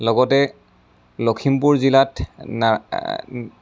লগতে লখিমপুৰ জিলাত না